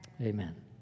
amen